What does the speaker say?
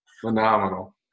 Phenomenal